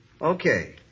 Okay